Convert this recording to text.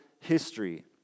history